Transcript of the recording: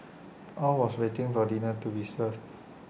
all was waiting for dinner to be served